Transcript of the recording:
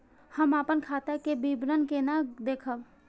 हम अपन खाता के विवरण केना देखब?